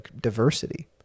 diversity